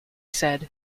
said